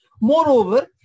Moreover